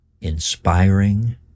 Inspiring